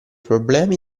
problemi